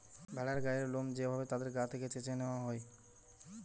ভেড়ার গায়ের লোম যে ভাবে তাদের গা থেকে চেছে নেওয়া হয়